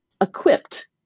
equipped